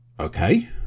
Okay